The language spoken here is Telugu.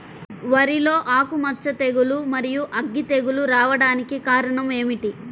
వరిలో ఆకుమచ్చ తెగులు, మరియు అగ్గి తెగులు రావడానికి కారణం ఏమిటి?